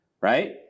right